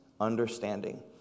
understanding